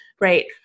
right